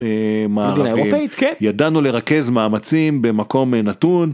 - המממ - מדינה אירופאית, כן - ידענו לרכז מאמצים במקום נתון.